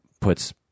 puts